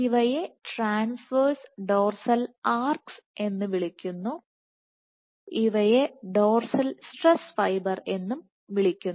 ഇവയെ transverse dorsal arcs എന്ന് വിളിക്കുന്നു ഇവയെ ഡോർസൽ സ്ട്രെസ് ഫൈബർ എന്നും വിളിക്കുന്നു